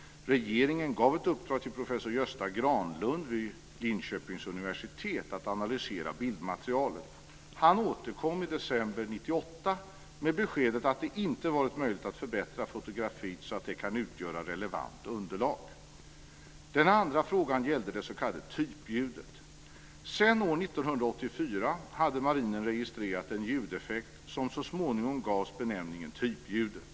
Regeringen gav ett uppdrag till professor Gösta Granlund vid Linköpings universitet att analysera bildmaterialet. Han återkom i december 1998 med beskedet att det inte varit möjligt att förbättra fotografiet så att det kan utgöra relevant underlag. Den andra frågan gällde det s.k. typljudet. Sedan år 1984 hade marinen registrerat en ljudeffekt som så småningom gavs benämningen typljudet.